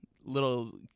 little